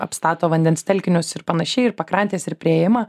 apstato vandens telkinius ir panašiai ir pakrantės ir priėjimą